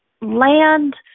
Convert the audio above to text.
land